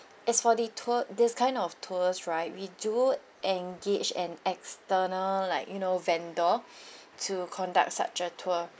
as for the tour this kind of tours right we do engage an external like you know vendor to conduct such a tour